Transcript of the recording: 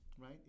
right